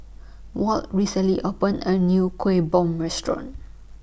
Walt recently opened A New Kueh Bom Restaurant